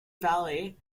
valley